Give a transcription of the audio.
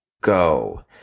go